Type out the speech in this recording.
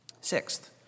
Sixth